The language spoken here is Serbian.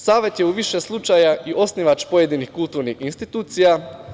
Savet je u više slučaja i osnivač pojedinih kulturnih institucija.